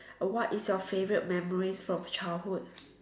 uh what is your favorite memories from childhood